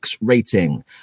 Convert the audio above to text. rating